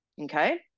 okay